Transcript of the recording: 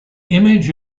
image